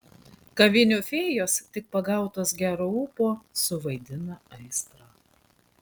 kavinių fėjos tik pagautos gero ūpo suvaidina aistrą